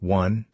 one